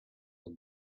the